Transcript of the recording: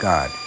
God